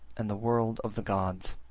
and the world of the gods.